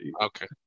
Okay